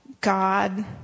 God